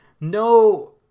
no